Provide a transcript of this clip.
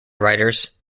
writers